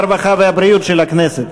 הרווחה והבריאות של הכנסת,